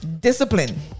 Discipline